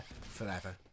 forever